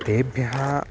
तेभ्यः